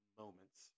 moments